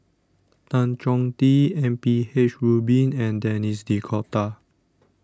Tan Chong Tee M P H Rubin and Denis D'Cotta